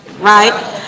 right